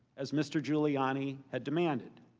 as mr. giuliani had demanded.